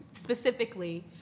specifically